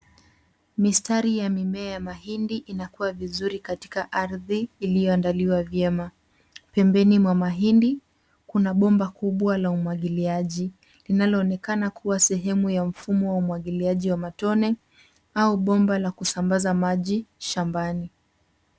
Mistari ya mimea ya mahindi inakuwa vizuri katika ardhi iliyoandaliwa vyema. Pembeni mwa mahindi kuna bomba kubwa la umwagiliaji linaloonekana kuwa sehemu ya mfumo wa umwagiliaji wa matone au bomba la kusambaza maji shambani.